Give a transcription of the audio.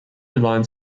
line